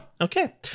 okay